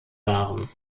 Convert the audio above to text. waren